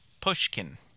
Pushkin